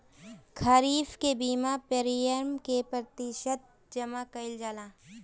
खरीफ के बीमा प्रमिएम क प्रतिशत जमा कयील जाला?